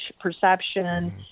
perception